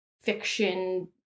fiction